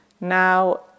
Now